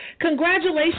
Congratulations